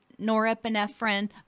norepinephrine